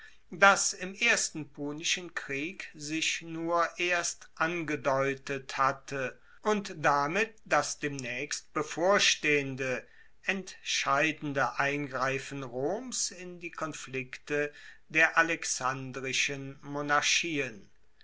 das im ersten punischen krieg sich nur erst angedeutet hatte und damit das demnaechst bevorstehende entscheidende eingreifen roms in die konflikte der alexandrischen monarchien